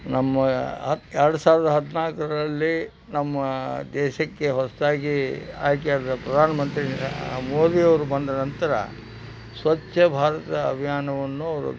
ನಮ್ಮ ಅದು ಎರಡು ಸಾವಿರದ ಹದಿನಾಲ್ಕರಲ್ಲಿ ನಮ್ಮ ದೇಶಕ್ಕೆ ಹೊಸತಾಗಿ ಆಯ್ಕೆಯಾದ ಪ್ರಧಾನ ಮಂತ್ರಿ ಮೋದಿಯವ್ರು ಬಂದ ನಂತರ ಸ್ವಚ್ಛ ಭಾರತ ಅಭಿಯಾನವನ್ನು